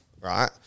right